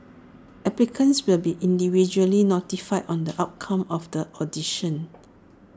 applicants will be individually notified on the outcome of the audition